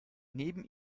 neben